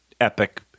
epic